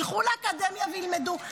ילכו לאקדמיה וילמדו.